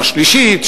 או השלישית,